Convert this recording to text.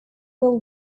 will